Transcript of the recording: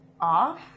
off